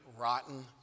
rotten